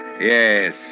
Yes